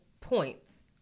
points